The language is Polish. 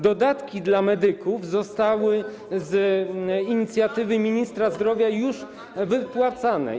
Dodatki dla medyków zostały z inicjatywy ministra zdrowia już wypłacone.